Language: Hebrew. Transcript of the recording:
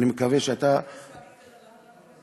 למה אתה מתייחס רק למזרחים?